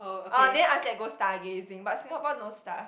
orh then after that go star gazing but Singapore no star